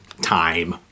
time